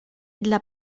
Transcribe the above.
dla